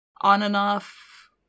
on-and-off